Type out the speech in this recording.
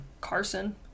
Carson